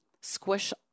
squish